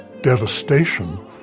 devastation